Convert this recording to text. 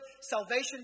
salvation